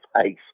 face